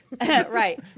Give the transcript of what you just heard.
Right